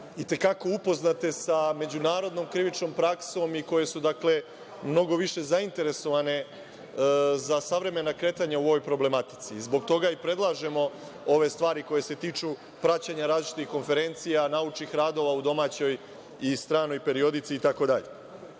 i te kako upoznate sa međunarodnom krivičnom praksom i koje su mnogo više zainteresovane za savremena kretanja u ovoj problematici. Zbog toga i predlažemo ove stvari koje se tiču praćenja različitih konferencija, naučnih radova u domaćoj i stranoj periodici itd. Zbog